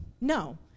no